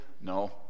No